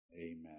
amen